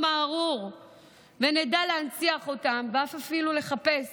הארור ונדע להנציח אותם ואף אפילו לחפש